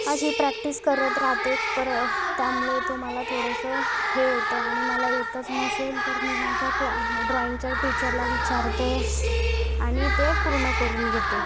अशी प्रॅक्टिस करत राहते परं त्यामुळे तुम्हाला थोडंसं हे होतं आणि मला येतच नसेल तर मी माझ्या क्ला ड्रॉइंगच्या टिचरला विचारते आणि ते पूर्ण करून घेते